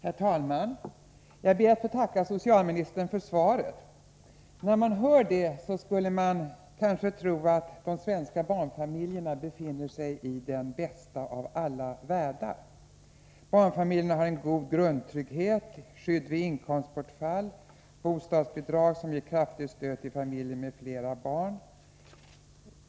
Herr talman! Jag ber att få tacka socialministern för svaret. När man hör det uppläsas, skulle man kanske kunna tro att de svenska barnfamiljerna befinner sig i den bästa av alla världar. Barnfamiljerna har en god grundtrygghet och skydd vid inkomstbortfall samt får bostadsbidrag, som ger ett kraftigt stöd till familjer med flera barn.